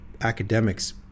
academics